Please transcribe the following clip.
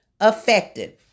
effective